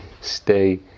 stay